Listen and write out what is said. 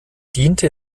diente